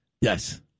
Yes